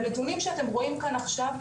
בנתונים שאתם רואים כאן עכשיו,